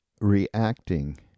reacting